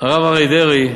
הרב אריה דרעי,